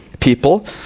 people